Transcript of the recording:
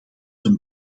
een